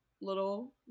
little